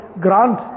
grant